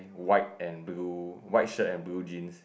white and blue white shirt and blue jeans